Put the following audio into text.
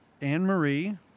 Anne-Marie